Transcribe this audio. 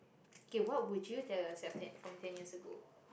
okay what would you tell yourself ten~ from ten years ago